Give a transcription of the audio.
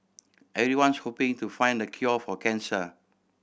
everyone's hoping to find the cure for cancer